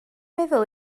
meddwl